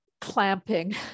clamping